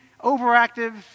overactive